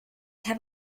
have